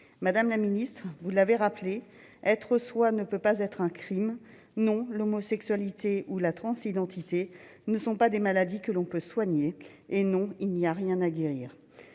Madame la ministre, vous l'avez rappelé, être soi ne peut pas être un crime. Non, l'homosexualité ou la transidentité ne sont pas des maladies que l'on peut soigner, et non, il n'y a rien à guérir.